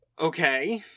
Okay